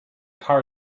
car